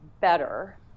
better